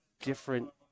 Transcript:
different